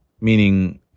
meaning